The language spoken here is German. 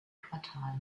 quartal